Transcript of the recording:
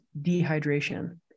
dehydration